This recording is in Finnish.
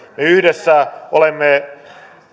yhdessä olemme